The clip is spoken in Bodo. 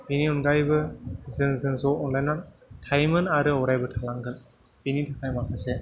बेनि अनगायैबो जोंजों ज' अनलायना थायोमोन आरो अरायबो थालांगोन बेनि थाखाय माखासे